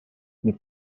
les